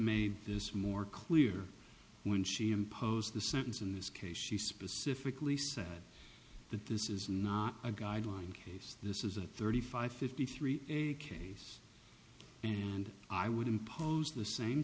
this more clear when she imposed the sentence in this case she specifically said that this is not a guideline case this is a thirty five fifty three a case and i would impose the same